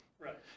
Right